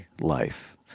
life